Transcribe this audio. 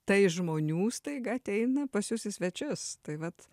tai žmonių staiga ateina pas jus į svečius tai vat